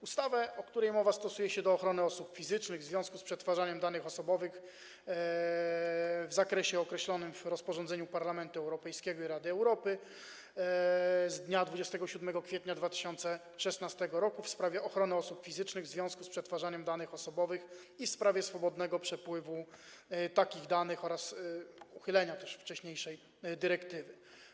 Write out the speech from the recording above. Ustawę, o której mowa, stosuje się do ochrony osób fizycznych w związku z przetwarzaniem danych osobowych w zakresie określonym w rozporządzeniu Parlamentu Europejskiego i Rady Unii Europejskiej z dnia 27 kwietnia 2016 r. w sprawie ochrony osób fizycznych w związku z przetwarzaniem danych osobowych i w sprawie swobodnego przepływu takich danych oraz uchylenia wcześniejszej dyrektywy.